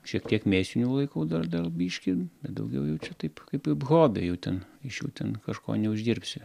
šiek tiek mėsinių laikau dar dar biškį bet daugiau jau čia taip kaip kaip hobį jau ten iš jų ten kažko neuždirbsi